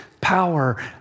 power